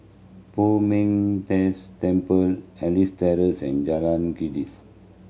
Poh Ming Tse Temple Elias Terrace and Jalan